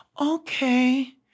okay